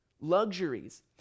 luxuries